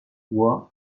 bois